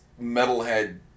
metalhead